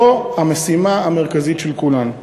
הוא המשימה המרכזית של כולנו.